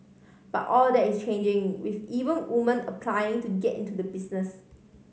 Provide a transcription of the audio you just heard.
but all that is changing with even women applying to get into the business